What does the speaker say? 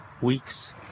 weeks